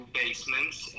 basements